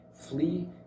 flee